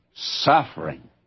suffering